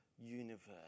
universe